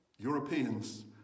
Europeans